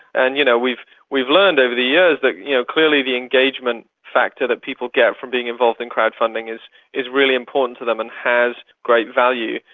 and you know we've we've learned over the years that you know clearly the engagement factor that people get from being involved in crowd-funding is is really important to them and has great value.